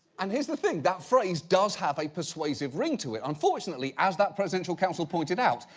and here's the thing that phrase does have a persuasive ring to it. unfortunately, as that presidential council pointed out,